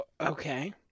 Okay